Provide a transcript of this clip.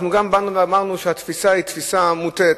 אנחנו גם אמרנו שהתפיסה היא תפיסה מוטעית.